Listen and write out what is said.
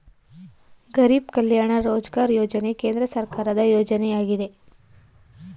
ಗರಿಬ್ ಕಲ್ಯಾಣ ರೋಜ್ಗಾರ್ ಯೋಜನೆ ಕೇಂದ್ರ ಸರ್ಕಾರದ ಯೋಜನೆಯಾಗಿದೆ